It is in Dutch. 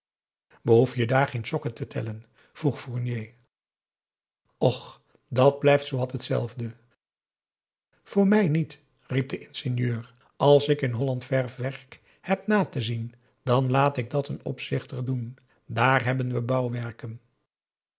behoef je daar geen sokken te tellen vroeg fournier och dàt blijft zoowat hetzelfde voor mij niet riep de ingenieur als ik in holland verfwerk heb na te zien dan laat ik dat een opzichter doen dààr hebben we